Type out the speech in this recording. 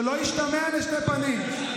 שלא ישתמע לשתי פנים.